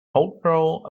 cultural